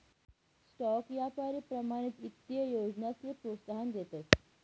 stock यापारी प्रमाणित ईत्तीय योजनासले प्रोत्साहन देतस